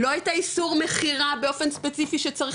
לא את האיסור מכירה באופן ספציפי שצריך